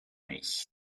nicht